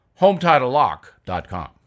hometitlelock.com